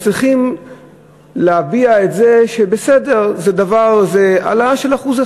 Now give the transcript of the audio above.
מצליחים להביע את זה שבסדר, זה העלאה של 1%,